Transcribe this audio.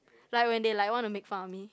like when they like want to make fun of me